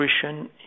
Christian